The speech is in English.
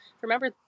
Remember